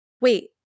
wait